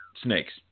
snakes